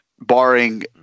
barring